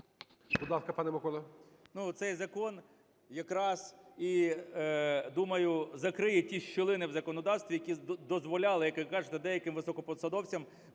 ласка, пане Микола.